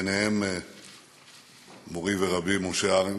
וביניהם מורי ורבי משה ארנס,